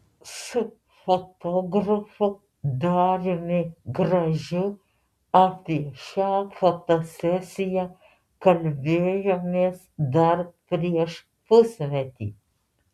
su fotografu dariumi gražiu apie šią fotosesiją kalbėjomės dar prieš pusmetį